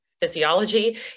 physiology